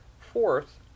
Fourth